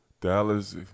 Dallas